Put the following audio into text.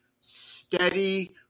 steady